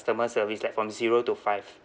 customer service like from zero to five